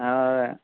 હં